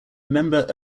member